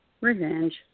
Revenge